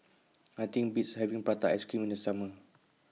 Nothing Beats having Prata Ice Cream in The Summer